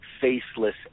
faceless